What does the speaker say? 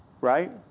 Right